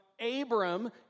Abram